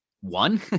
one